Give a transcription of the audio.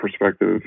perspective